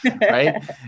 right